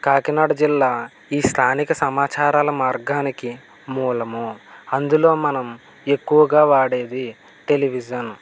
కాకినాడ జిల్లా ఈ స్థానిక సమాచారాల మార్గానికి మూలము అందులో మనం ఎక్కువగా వాడేది టెలివిజన్